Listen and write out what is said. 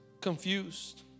confused